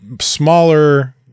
smaller